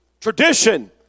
tradition